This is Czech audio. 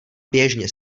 běžně